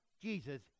Jesus